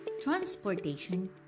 transportation